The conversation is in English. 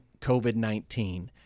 COVID-19